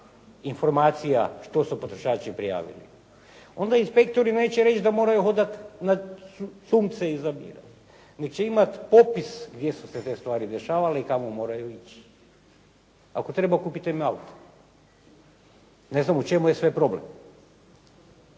što su potrošači prijavili, onda inspektori neće reći da moraju hodati na sunce, nego će imati popis gdje su se te stvari dešavale i kamo moraju ići. Ako treba kupite im auto. Ne znam u čemu je sve problem.